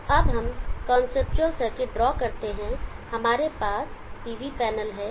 तो अब हम कांसेप्चुअल सर्किट ड्रॉ करते हैं हमारे पास PV पैनल है